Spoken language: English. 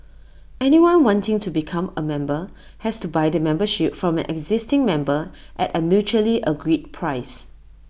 anyone wanting to become A member has to buy the membership from an existing member at A mutually agreed price